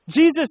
Jesus